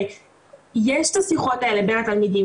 יש את השיחות האלה בין התלמידים,